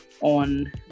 on